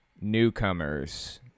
newcomers